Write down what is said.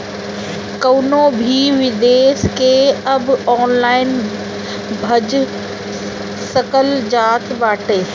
कवनो भी निवेश के अब ऑनलाइन भजा सकल जात बाटे